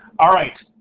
alright.